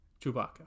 Chewbacca